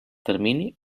termini